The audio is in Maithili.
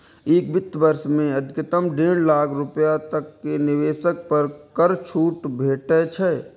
एक वित्त वर्ष मे अधिकतम डेढ़ लाख रुपैया तक के निवेश पर कर छूट भेटै छै